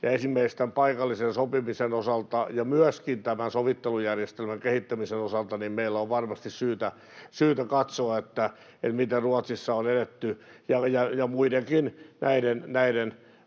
esimerkiksi paikallisen sopimisen osalta ja myöskin sovittelujärjestelmän kehittämisen osalta meidän on varmasti syytä katsoa, miten Ruotsissa on edetty, ja muidenkin näiden